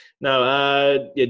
no